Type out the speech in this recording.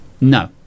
No